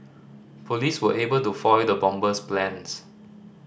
police were able to foil the bomber's plans